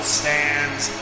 stands